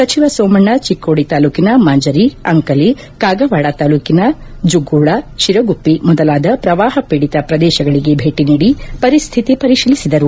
ಸಚಿವ ಸೋಮಣ್ಣ ಚಿಕೋಡಿ ತಾಲೂಕಿನ ಮಾಂಜರಿ ಅಂಕಲಿ ಕಾಗವಾಡ ತಾಲೂಕಿನ ಜುಗೂಳ ಶಿರಗುಪ್ಪಿ ಮೊದಲಾದ ಪ್ರವಾಹಪೀಡಿತ ಪ್ರದೇಶಗಳಿಗೆ ಭೇಟಿ ನೀಡಿ ಪರಿಸ್ತಿತಿ ಪರಿಶೀಲಿಸಿದರು